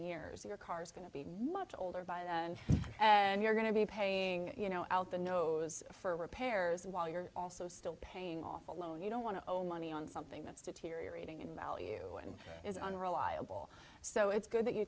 years your car's going to be much older by then and you're going to be paying you know out the nose for repairs while you're also still paying off a loan you don't want to own money on something that's deteriorating in value and is unreliable so it's good that you